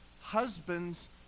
husbands